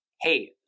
hey